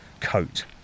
coat